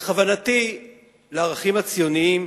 וכוונתי לערכים הציוניים